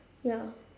ya